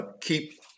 keep